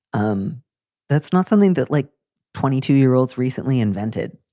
um that's not something that like twenty two year olds recently invented.